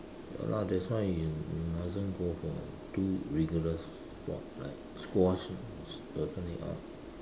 ya lah that's why you you mustn't go for too rigorous sport like squash is definitely out